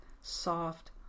soft